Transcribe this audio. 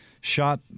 shot